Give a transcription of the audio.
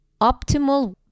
optimal